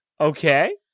Okay